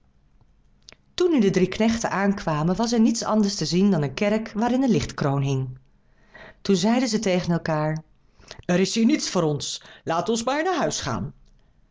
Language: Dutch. toen nu de drie knechten aankwamen was er niet anders te zien dan een kerk waarin een lichtkroon hing toen zeiden zij tegen elkaâr er is hier niets voor ons laat ons maar naar huis gaan